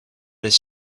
his